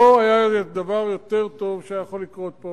למה היא צריכה לקבל שש דקות?